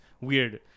weird